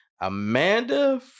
Amanda